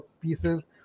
pieces